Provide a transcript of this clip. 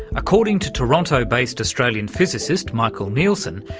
according to toronto-based australian physicist michael neilsen,